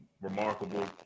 Remarkable